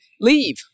leave